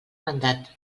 mandat